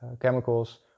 Chemicals